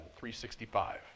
365